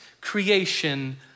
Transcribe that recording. creation